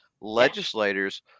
legislators